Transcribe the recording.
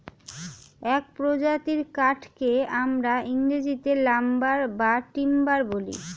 এক প্রজাতির কাঠকে আমরা ইংরেজিতে লাম্বার বা টিম্বার বলি